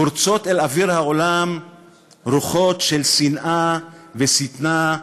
פורצות לאוויר העולם רוחות של שנאה ושטנה,